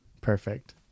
Perfect